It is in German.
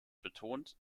betont